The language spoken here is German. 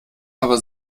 aber